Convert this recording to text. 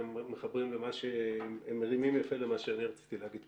הם מרימים יפה למה שאני רציתי להגיד,